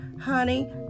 Honey